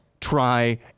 try